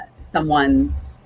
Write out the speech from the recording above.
someone's